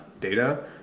data